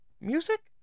music